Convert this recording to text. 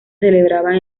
celebraban